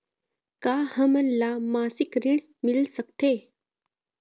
का हमन ला मासिक ऋण मिल सकथे?